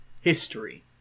history